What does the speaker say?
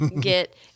get